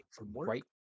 right